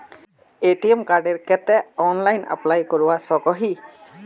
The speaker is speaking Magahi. ए.टी.एम कार्डेर केते ऑनलाइन अप्लाई करवा सकोहो ही?